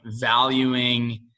valuing